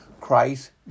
Christ